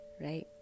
right